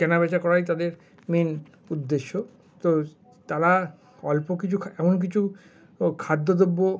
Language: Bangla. কেনাবেচা করাই তাদের মেন উদ্দেশ্য তো তারা অল্প কিছু এমন কিছু খাদ্যদ্রব্য